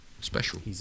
Special